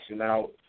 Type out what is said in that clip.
out